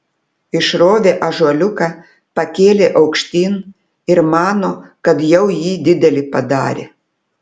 išrovė ąžuoliuką pakėlė aukštyn ir mano kad jau jį didelį padarė